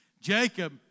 Jacob